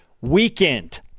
weekend